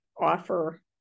offer